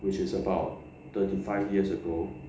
which is about thirty five years ago